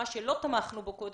מה שלא תמכנו בו קודם,